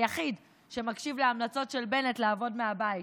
היחיד שמקשיב להמלצות של בנט לעבוד מהבית,